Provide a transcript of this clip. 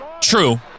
True